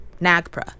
NAGPRA